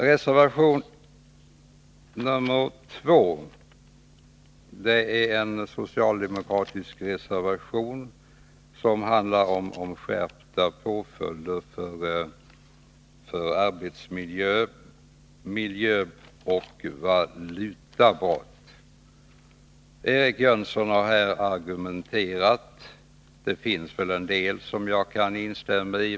Reservation 2 är socialdemokratisk och handlar om skärpta påföljder för arbetsmiljöoch valutabrott. Eric Jönsson har här argumenterat, och en del av det han sade kan jag instämma i.